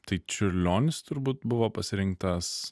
tai čiurlionis turbūt buvo pasirinktas